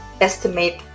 estimate